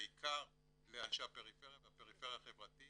בעיקר לאנשי הפריפריה והפריפריה החברתית